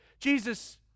Jesus